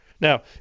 Now